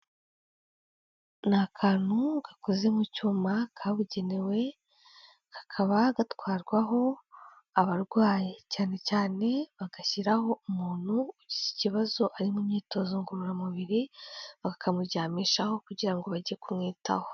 Ni akantu gakoze mu cyuma kabugenewe, kakaba gatwarwaho abarwayi cyane cyane bagashyiraho umuntu ugize ikibazo ari mu myitozo ngororamubiri bakamuryamishaho kugira ngo bajye kumwitaho.